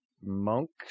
monks